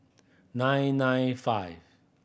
nine nine five